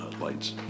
lights